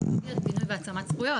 --- בינוי והעצמת זכויות.